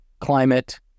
climate